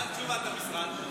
מה תשובת המשרד?